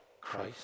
Christ